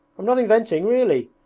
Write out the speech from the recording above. i'm not inventing, really!